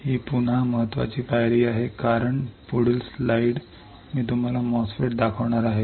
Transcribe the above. ही पुन्हा महत्वाची पायरी आहे कारण पुढील स्लाइड मी तुम्हाला MOSFET दाखवणार आहे